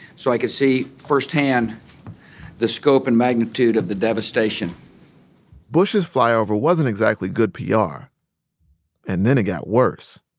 so i could see firsthand the scope and magnitude of the devastation bush's flyover wasn't exactly good pr. yeah ah and then it got worse.